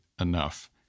enough